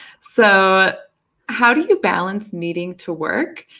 so how do you balance needing to work,